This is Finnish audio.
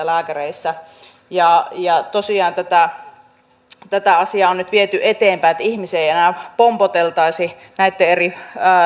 lääkäreissä tosiaan tätä tätä asiaa on nyt viety eteenpäin että ihmisiä ei enää pompoteltaisi näitten eri